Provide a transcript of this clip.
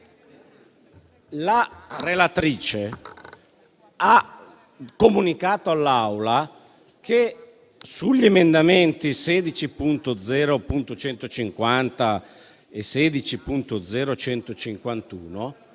la relatrice ha comunicato all'Assemblea che sugli emendamenti 16.0.150 e 16.0.151